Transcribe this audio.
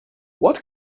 what